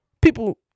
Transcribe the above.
people